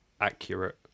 Accurate